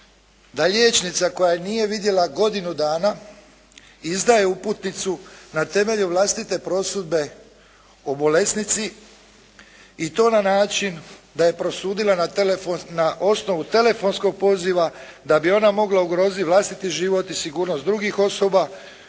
da liječnica koja je nije vidjela godinu dana izdaje uputnicu na temelju vlastite prosudbe o bolesnici i to na način da je prosudila na osnovu telefonskog poziva da bi ona mogla ugroziti vlastiti život i sigurnost drugih osoba